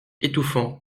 étouffant